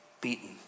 beaten